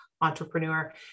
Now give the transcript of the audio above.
entrepreneur